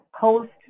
post